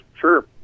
Sure